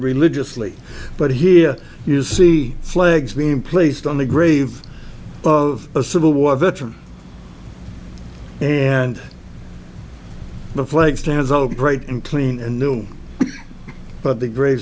religiously but here you see flags being placed on the grave of a civil war veteran and the flag stands all bright and clean and new but the grey